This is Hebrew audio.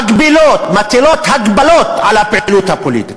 מגבילות, מטילות הגבלות על הפעילות הפוליטית.